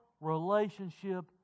relationship